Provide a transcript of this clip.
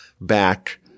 back